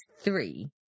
three